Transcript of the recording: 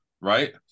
Right